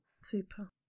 Super